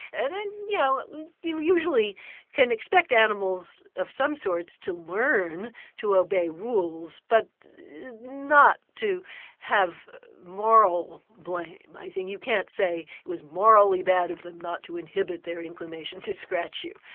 and and yeah you can expect animals of some sorts to learn to obey rules, but not to have moral blame. i think you can't say it was morally bad of them not to inhbit their inclination to scratch you.